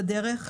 בדרך,